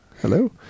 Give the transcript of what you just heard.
Hello